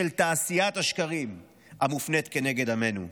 של תעשיית השקרים המופנית נגד עמנו.